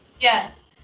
Yes